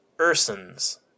ursins